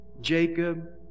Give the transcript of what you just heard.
Jacob